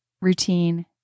routine